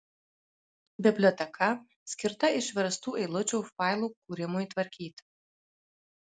biblioteka skirta išverstų eilučių failų kūrimui tvarkyti